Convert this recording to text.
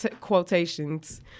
Quotations